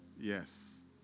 yes